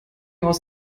aus